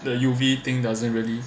the U_V thing doesn't really